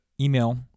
email